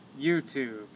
YouTube